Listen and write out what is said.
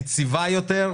יציבה יותר,